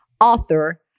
author